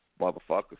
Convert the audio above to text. motherfuckers